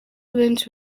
benshi